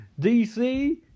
DC